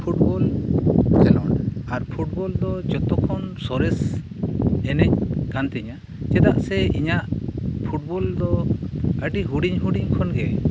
football ᱠᱷᱮᱞᱳᱰ ᱟᱨ football ᱫᱚ ᱡᱚᱛᱚᱠᱷᱚᱱ ᱥᱚᱨᱮᱥ ᱮᱱᱮᱡ ᱠᱟᱱᱛᱤᱧᱟᱹ ᱪᱮᱫᱟᱜ ᱥᱮ ᱤᱧᱟᱹᱜ ᱯᱷᱩᱴᱵᱚᱞ ᱫᱚ ᱟᱹᱰᱤ ᱦᱩᱰᱤᱧ ᱦᱩᱰᱤᱧ ᱠᱷᱚᱱᱜᱮ